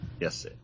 Yes